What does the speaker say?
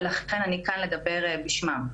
ולכן אני כאן לדבר בשמם.